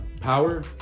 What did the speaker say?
power